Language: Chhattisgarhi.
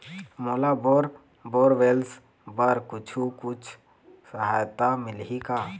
मोला बोर बोरवेल्स बर कुछू कछु सहायता मिलही का?